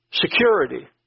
security